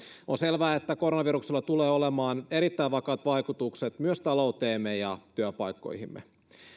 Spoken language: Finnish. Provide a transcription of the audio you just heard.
on selvää että koronaviruksella tulee olemaan erittäin vakavat vaikutukset myös talouteemme ja työpaikkoihimme